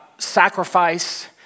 sacrifice